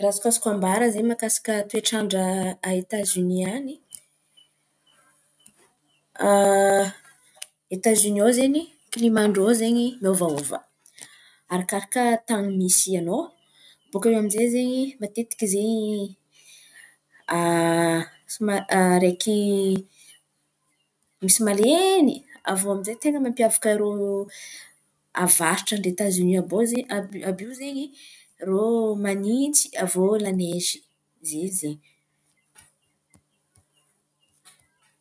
Raha azokazoko ambara zen̈y mahakasiky toetrandra a Etazonia an̈y a Etazonia ao zen̈y klimàn-drô ao zen̈y miôvaôva, arakaraka tan̈y misy anao. Bôka eo amizay zen̈y matetiky zen̈y somary araiky misy malen̈y. Avô aminjay ten̈a mampiavaka rô, avaratra ao Etazonia ao ze- àby iô zen̈y, rô manintsy avo la neizy zen̈y zen̈y.